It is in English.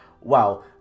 Wow